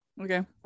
okay